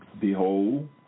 behold